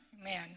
Amen